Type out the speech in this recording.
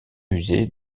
musées